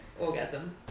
Orgasm